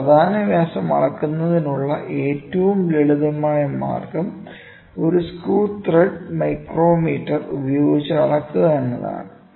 ഒരു പ്രധാന വ്യാസം അളക്കുന്നതിനുള്ള ഏറ്റവും ലളിതമായ മാർഗം ഒരു സ്ക്രൂ ത്രെഡ് മൈക്രോമീറ്റർ ഉപയോഗിച്ച് അളക്കുക എന്നതാണ്